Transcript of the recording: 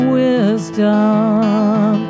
wisdom